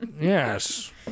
Yes